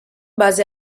base